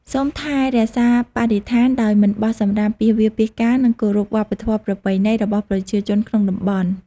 សូមថែរក្សាបរិស្ថាន ដោយមិនបោះសំរាមពាសវាលពាសកាល និងគោរពវប្បធម៌ប្រពៃណីរបស់ប្រជាជនក្នុងតំបន់។